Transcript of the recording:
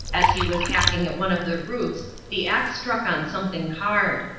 as he was hacking at one of the roots the axe struck on something hard.